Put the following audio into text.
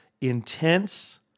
intense